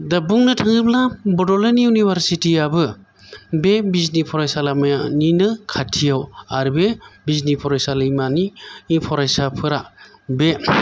दा बुंनो थाङोब्ला बड'लेण्ड इउनिभारसिटि याबो बे बिजनि फरायसालिमानिनो खाथियाव आरो बे बिजनि फरायसालिमानि फरायसाफोरा बे